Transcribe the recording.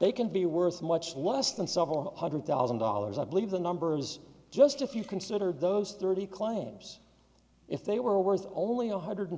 they can be worth much less than several hundred thousand dollars i believe the number is just if you consider those thirty claims if they were worth only one hundred